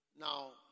Now